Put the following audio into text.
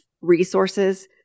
resources